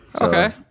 Okay